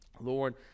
Lord